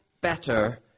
better